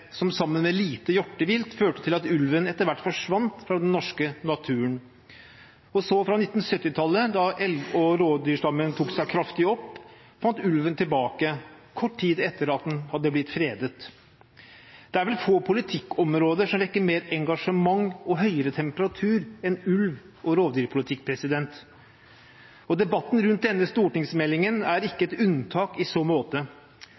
som, sammen med lite hjortevilt, førte til at ulven etter hvert forsvant fra den norske naturen. Og så fra 1970-tallet, da elg- og rådyrstammen tok seg kraftig opp, fant ulven tilbake, kort tid etter at den var blitt fredet. Det er vel få politikkområder som vekker mer engasjement og høyere temperatur enn ulv- og rovdyrpolitikk. Debatten rundt denne stortingsmeldingen er ikke et unntak i så måte.